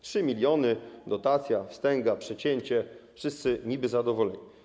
3 mln, dotacja, wstęga, przecięcie - wszyscy niby zadowoleni.